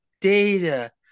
Data